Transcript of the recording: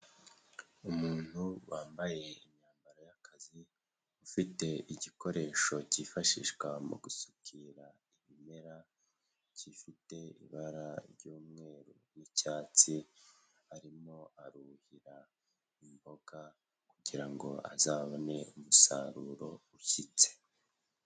Umuntu wambaye imyambaro y'akazi, ufite igikoresho cyifashishwa mu gusukira ibimera, gifite ibara ry'umweru n'icyatsi. Arimo aruhira imboga, kugirango azabone umusaruro ushyitse.